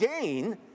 gain